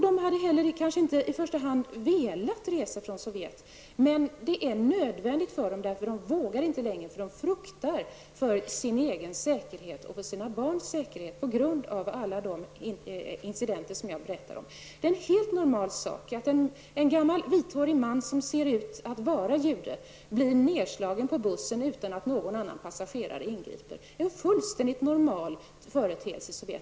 De hade kanske inte heller velat resa från Sovjet, men det var nödvändigt för dem, eftersom de fruktade för sin egen säkerhet och för sina barns säkerhet på grund av alla de incidenter som jag har berättat om. Det är en helt normal företeelse att en gammal vithårig man som ser ut att vara jude blir nedslagen på bussen utan att någon annan av passagerarna ingriper. Det är en helt normal företeelse i Sovjet.